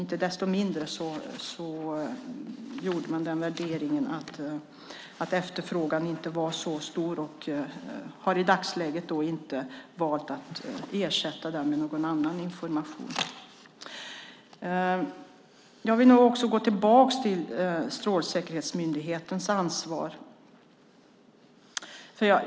Inte desto mindre gjorde man värderingen att efterfrågan inte var så stor och har i dagsläget inte valt att ersätta den informationen med någon annan. Jag vill också gå tillbaka till Strålsäkerhetsmyndighetens ansvar.